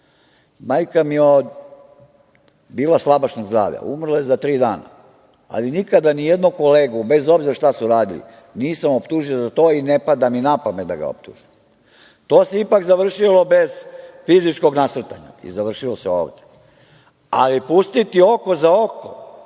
mene. Majka mi je bila slabašnog zdravlja. Umrla je za tri dana, ali nikada nijednog kolegu, bez obzira šta su radili, nisam optužio za to i ne pada mi napamet da ga optužim. To se ipak završilo bez fizičkog nasrtanja, završilo se ovde, ali pustimo oko za oko,